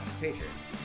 Patriots